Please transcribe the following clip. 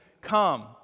come